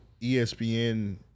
ESPN